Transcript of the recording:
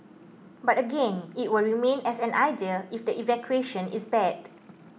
but again it will remain as an idea if the execution is bad